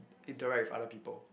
interact with other people